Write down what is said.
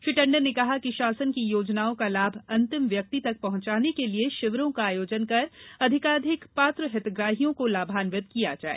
श्री टंडन ने कहा कि शासन की योजनाओं का लाभ अंतिम व्यक्ति तक पहँचाने के लिये शिविरों का आयोजन कर अधिकाधिक पात्र हितग्राहियों को लाभान्वित किया जाए